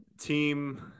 team